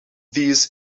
these